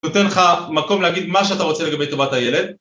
נותן לך מקום להגיד מה שאתה רוצה לגבי טובת הילד.